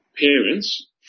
parents